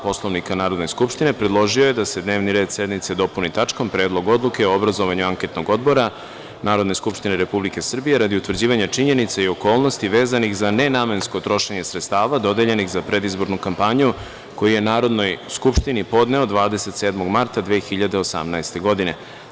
Poslovnika Narodne skupštine, predložio je da se dnevni red sednice dopuni tačkom – Predlog odluke o obrazovanju anketnog odbora Narodne skupštine Republike Srbije radi utvrđivanja činjenica i okolnosti vezanih za nenamensko trošenje sredstava dodeljenih za predizbornu kampanju, koji je Narodnoj skupštini podneo 27. marta 2018. godine.